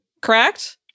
correct